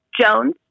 Jones